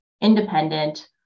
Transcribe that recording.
independent